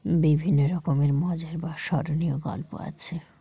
বিভিন্ন রকমের মজার বা স্মরণীয় গল্প আছে